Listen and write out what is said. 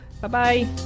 bye-bye